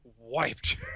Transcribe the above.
wiped